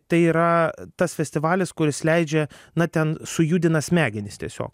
tai yra tas festivalis kuris leidžia na ten sujudina smegenis tiesiog